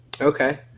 Okay